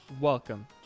Welcome